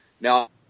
now